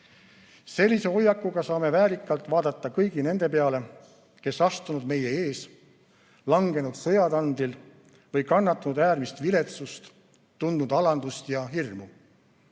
Sellise hoiakuga saame väärikalt vaadata kõigi nende peale, kes astunud meie ees, langenud sõjatandril või kannatanud äärmist viletsust, tundnud alandust ja hirmu.